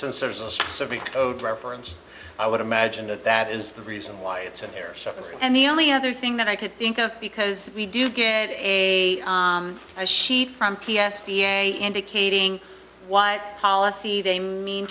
since there's a specific code reference i would imagine that that is the reason why it's in there or something and the only other thing that i could think of because we do get a a sheet from p s p a indicating what policy they mean